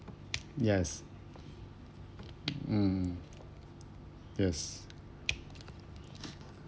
yes mm yes